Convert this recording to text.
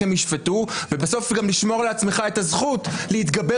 הם ישפטו ובסוף גם לשמור לעצמך את הזכות להתגבר